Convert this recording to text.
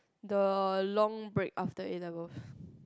the long break after A-level